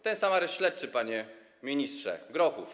Ten sam areszt śledczy, panie ministrze, Grochów.